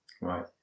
Right